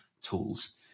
tools